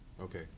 Okay